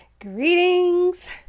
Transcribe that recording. greetings